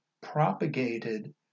propagated